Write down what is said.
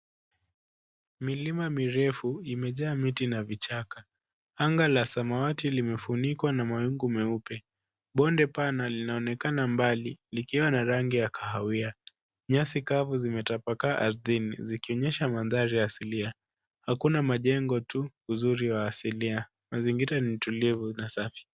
Mikima mirefu imejaa na miti na vichaka. Anga la samawati limefunikwa na mawingu meupe. Bonde pana linaonekana mbali likiwa na rangi ya kahawia. Nyasi kavu zimetapakaa ardhini zikionyesha mandhari ya asilia. Hakuna majengo tu uzuri wa asilia. Mazingira ni tulivu na safi.